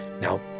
Now